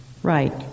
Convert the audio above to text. Right